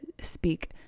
speak